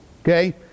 Okay